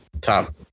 top